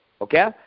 Okay